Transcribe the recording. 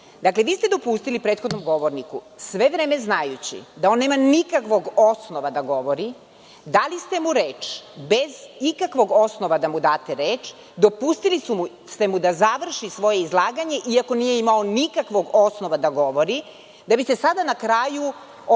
čega? Vi ste dopustili prethodnom govorniku sve vreme znajući da on nema nikakvog osnova da govori, dali ste mu reč bez ikakvog osnova da mu date reč dopustili ste mu da završi svoje izlaganje iako nije imao nikakvog osnova da govori da biste sada na kraju očitali